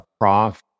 prof